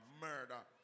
murder